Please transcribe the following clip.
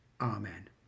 Amen